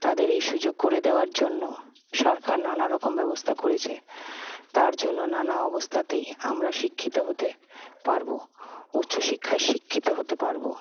তাদের এই সুযোগ করে দেওয়ার জন্য সরকার নানারকম ব্যবস্থা করেছে তার জন্য নানা অবস্থাতেই আমরা শিক্ষিত হতে পারব উচ্চশিক্ষায় শিক্ষিত হতে পারব